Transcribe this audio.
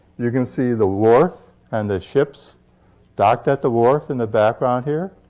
you can see the wharf and the ships docked at the wharf in the background here.